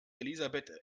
elisabeth